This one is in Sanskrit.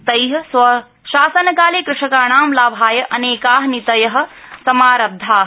तै स्वशासनकाले कृषकाणां लाभाय अनेका नीतय समारब्धा